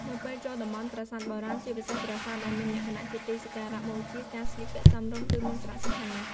នៅពេលចូលតំបន់ប្រាសាទបុរាណ ជាពិសេសប្រាសាទដែលមានលក្ខណៈជាទីសក្ការៈបូជា ការស្លៀកពាក់សមរម្យគឺមានសារៈសំខាន់ណាស់។